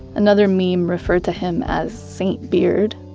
another meme referred to him as saint beard.